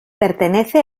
pertenece